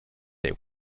der